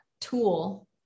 tool